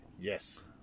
Yes